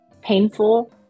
painful